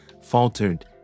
faltered